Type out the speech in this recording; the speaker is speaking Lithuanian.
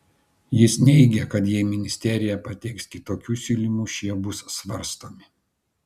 jis neneigė kad jei ministerija pateiks kitokių siūlymų šie bus svarstomi